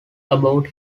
about